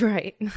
Right